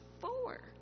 four